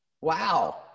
Wow